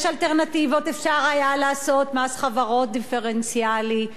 יש אלטרנטיבות: אפשר היה לעשות מס חברות דיפרנציאלי,